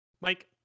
Mike